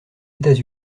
états